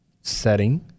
setting